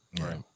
Right